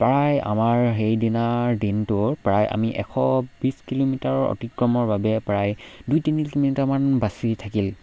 প্ৰায় আমাৰ সেই দিনাৰ দিনটোৰ প্ৰায় আমি এশ বিছ কিলোমিটাৰৰ অতিক্ৰমৰ বাবে প্ৰায় দুই তিনি কিলোমিটাৰমান বাচি থাকিল